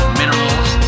minerals